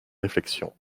réflexions